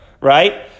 Right